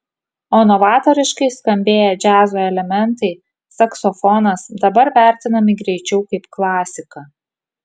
o novatoriškai skambėję džiazo elementai saksofonas dabar vertinami greičiau kaip klasika